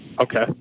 okay